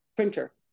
Printer